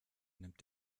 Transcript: nimmt